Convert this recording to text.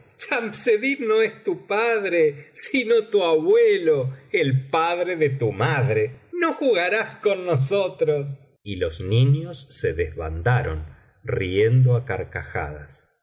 no es tu padre sino tu abuelo el padre de tu madre no jugarás con nosotros y los niños se desbandaron riendo á carcajadas